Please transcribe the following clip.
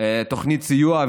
תוכנית סיוע,